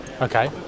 Okay